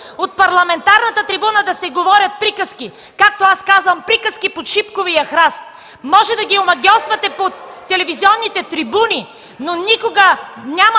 от парламентарната трибуна, да се говорят приказки – както аз казвам: „Приказки под шипковия храст”. Можете да ги омагьосвате по телевизионните трибуни, но никога няма